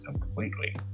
completely